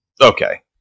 Okay